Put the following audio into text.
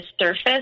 surface